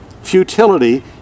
futility